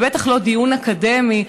ובטח לא דיון אקדמי.